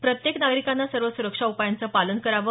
प्रत्येक नागरिकाने सर्व सुरक्षा उपायांचं पालन करावं